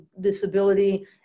disability